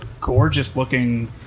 gorgeous-looking